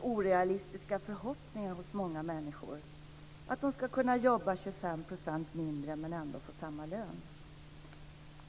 orealistiska förhoppningar hos många människor, att de ska kunna jobba 25 % mindre men ändå få samma lön.